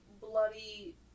bloody